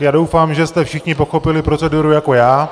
Já doufám, že jste všichni pochopili proceduru jako já.